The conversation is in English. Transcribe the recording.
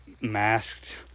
masked